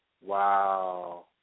Wow